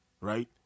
right